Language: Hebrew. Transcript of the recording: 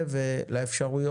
לא זה אחד של אורנה.